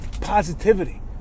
positivity